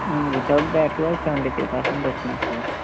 without backlogs seventy three percent వచ్చింది sir